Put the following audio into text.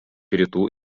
rytų